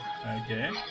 Okay